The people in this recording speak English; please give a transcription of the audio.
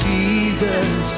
Jesus